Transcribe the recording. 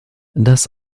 das